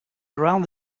around